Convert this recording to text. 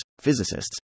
physicists